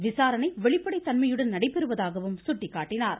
விசாரணை வெளிப்படைத் தன்மையுடன் நடைபெறுவதாகவும் சுட்டிக்காட்டினார்